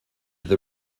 the